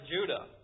Judah